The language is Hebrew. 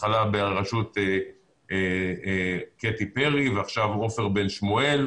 בהתחלה בראשות קטי פרי ועכשיו עופר בן-שמואל,